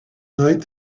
night